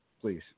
please